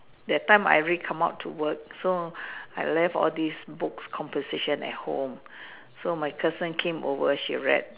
that time I already come out to work so I left all these books composition at home so my cousin came over she read